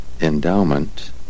endowment